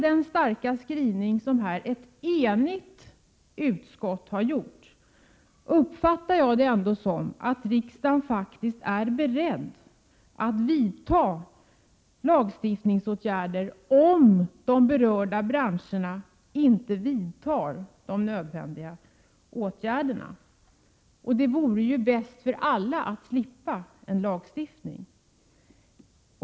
Den starka skrivning som ett enigt utskott har gjort uppfattar jag på det sättet att riksdagen är beredd att lagstifta, om de berörda branscherna inte vidtar nödvändiga åtgärder. Det vore ju bäst för alla att slippa en lagstiftning.